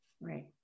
Right